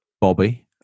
Bobby